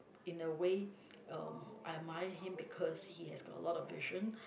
in a way um I admire him because he has got a lot of vision